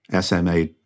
SMA